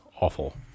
awful